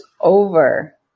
over